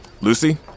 Lucy